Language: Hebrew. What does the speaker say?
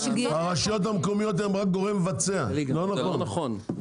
הרשויות המקומיות הן רק גורם מבצע, זה לא נכון.